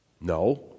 No